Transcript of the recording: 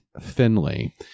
Finley